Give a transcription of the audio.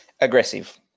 Aggressive